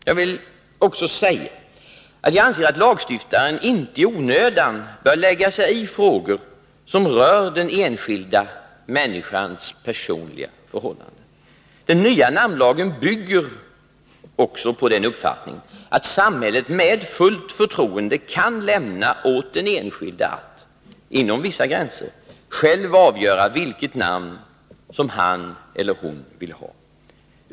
Jag vill också säga att jag anser att lagstiftaren inte i onödan bör lägga sig i frågor som rör den enskilda människans personliga förhållanden. Den nya namnlagen bygger också på den uppfattningen att samhället med fullt förtroende kan lämna åt den enskilde att — inom vissa gränser — själv avgöra vilket namn som han eller hon vill ha.